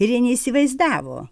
ir jie neįsivaizdavo